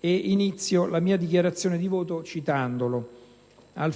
inizio la mia dichiarazione di voto citandolo: «Alla